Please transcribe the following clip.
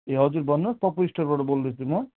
ए हजुर भन्नुहोस् पप्पु स्टोरबाट बोल्दैछु म